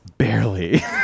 barely